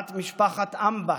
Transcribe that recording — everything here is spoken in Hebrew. בת משפחת אמב"ש,